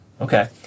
Okay